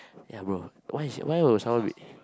ya bro why is why will someone be